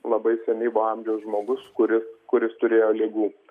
labai senyvo amžiaus žmogus kuris kuris turėjo ligų